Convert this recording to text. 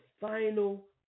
final